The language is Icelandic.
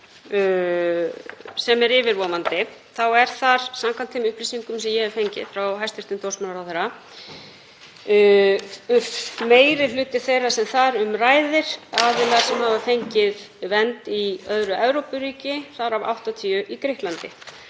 sem er yfirvofandi þá er, samkvæmt þeim upplýsingum sem ég hef fengið frá hæstv. dómsmálaráðherra, meiri hluti þeirra sem þar um ræðir aðilar sem hafa fengið vernd í öðru Evrópuríki, þar af 80 í Grikklandi.